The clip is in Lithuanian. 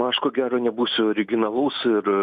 aš ko gero nebūsiu originalus ir